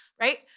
right